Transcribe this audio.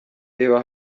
reba